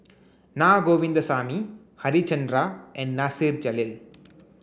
Na Govindasamy Harichandra and Nasir Jalil